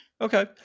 Okay